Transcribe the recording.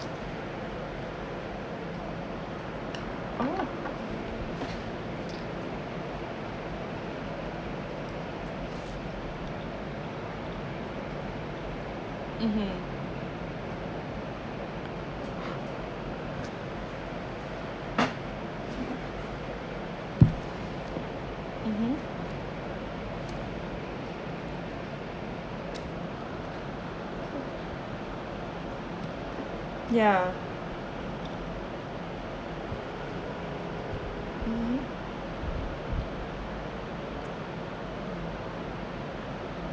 oh mmhmm mmhmm yeah mmhmm